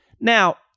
Now